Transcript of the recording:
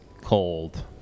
cold